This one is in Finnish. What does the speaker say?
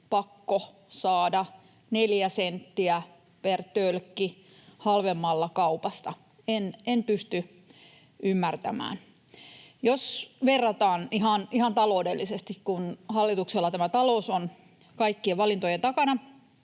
pakko saada neljä senttiä per tölkki halvemmalla kaupasta? En pysty ymmärtämään. Jos verrataan esimerkiksi ihan taloudellisesti, kun hallituksella talous on kaikkien valintojen takana,